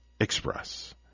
Express